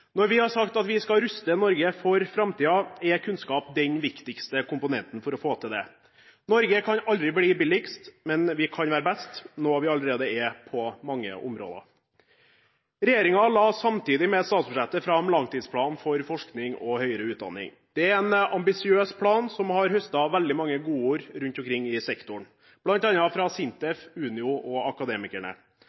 Når vi har sagt at vi skal ruste Norge for framtiden, er kunnskap den viktigste komponenten for å få til det. Norge kan aldri bli billigst, men vi kan være best, noe vi allerede er på mange områder. Regjeringen la samtidig med statsbudsjettet fram langtidsplanen for forskning og høyere utdanning. Det er en ambisiøs plan, som har høstet veldig mange godord rundt omkring i sektoren, bl.a. fra SINTEF, Unio og Akademikerne.